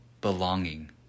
belonging